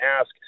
ask